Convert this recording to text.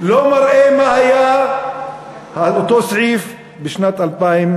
לא מראה מה היה באותו סעיף בשנת 2012,